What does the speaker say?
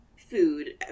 Food